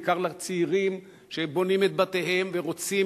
בעיקר לצעירים שבונים את בתיהם ורוצים